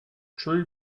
true